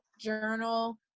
journal